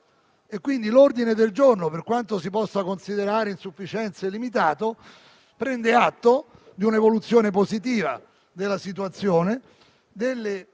L'ordine del giorno, per quanto si possa considerare insufficiente e limitato, prende atto di un'evoluzione positiva della situazione, delle discrepanze